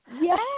Yes